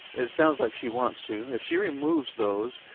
it sounds like she wants to, if she removes those,